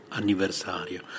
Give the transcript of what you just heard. anniversario